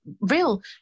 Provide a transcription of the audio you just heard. real